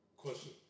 Question